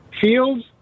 fields